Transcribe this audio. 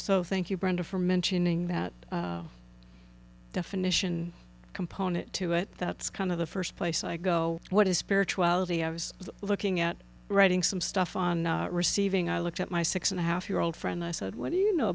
so thank you brenda for mentioning that definition component to it that's kind of the first place i go what is spirituality i was looking at writing some stuff on receiving i looked at my six and a half year old friend i said what do you know